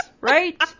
right